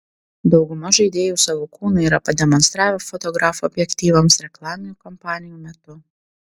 dauguma žaidėjų savo kūną yra pademonstravę fotografų objektyvams reklaminių kampanijų metu